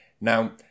Now